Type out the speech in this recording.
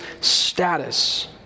status